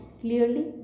Clearly